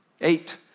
Eight